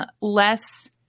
less